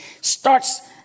starts